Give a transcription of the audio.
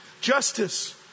justice